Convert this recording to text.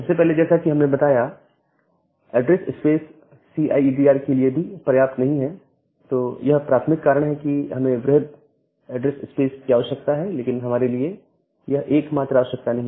सबसे पहले जैसा कि हमने बताया है ऐड्रेस स्पेस सीआईडीआर के लिए भी पर्याप्त नहीं है तो यह प्राथमिक कारण है कि हमें वृहद ऐड्रेस स्पेस की आवश्यकता है लेकिन हमारे लिए यह एकमात्र आवश्यकता नहीं